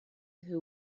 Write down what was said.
who